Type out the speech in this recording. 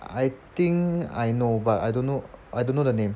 I think I know but I don't know I don't know the name